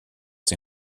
sie